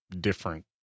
different